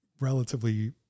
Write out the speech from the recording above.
relatively